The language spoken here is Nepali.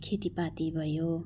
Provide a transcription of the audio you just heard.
खेतीपाती भयो